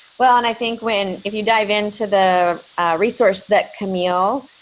well, and i think when, if you dive into the resource that camille